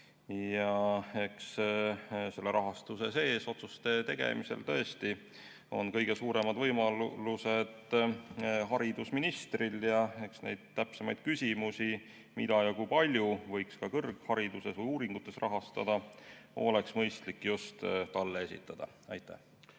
Eks selle rahastuse sees otsuste tegemisel tõesti ole kõige suuremad võimalused haridusministril. Täpsemaid küsimusi, mida ja kui palju võiks ka kõrghariduses ja uuringutes rahastada, oleks mõistlik just talle esitada. Minu